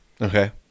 Okay